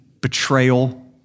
betrayal